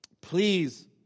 Please